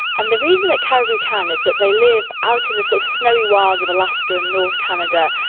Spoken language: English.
and the reason that caribou can is that they live out in the so snowy wilds of alaska and north canada,